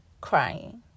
crying